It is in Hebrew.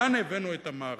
לאן הבאנו את המערכת?